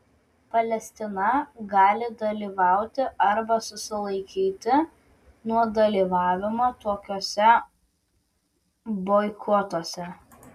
palestina gali dalyvauti arba susilaikyti nuo dalyvavimo tokiuose boikotuose